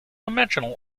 dimensional